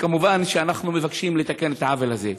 כמובן שאנחנו מבקשים לתקן את העוול הזה.